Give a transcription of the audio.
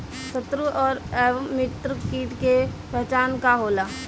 सत्रु व मित्र कीट के पहचान का होला?